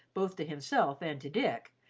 both to himself and to dick,